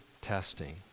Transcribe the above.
testing